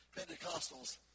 Pentecostals